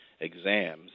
exams